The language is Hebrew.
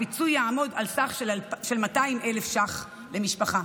הפיצוי יעמוד על סך 200,000 ש"ח למשפחה.